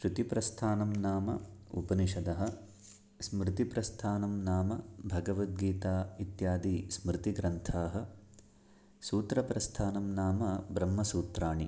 श्रुतिप्रस्थानं नाम उपनिषदः स्मृतिप्रस्थानं नाम भगवद्गीता इत्यादिस्मृतिग्रन्थाः सूत्रप्रस्थानं नाम ब्रह्मसूत्राणि